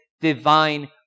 divine